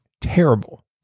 Terrible